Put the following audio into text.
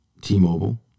T-Mobile